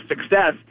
success